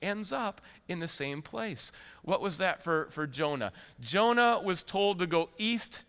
ends up in the same place what was that for jonah jonah was told to go east